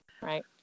Right